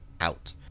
out